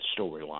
storyline